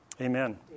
Amen